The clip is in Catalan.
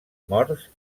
morts